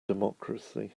democracy